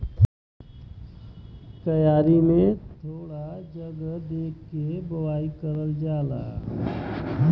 क्यारी में थोड़ा जगह दे के बोवाई करल जाला